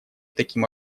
таким